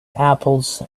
apples